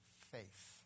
faith